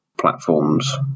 platforms